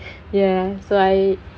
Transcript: ya so I